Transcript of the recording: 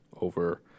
over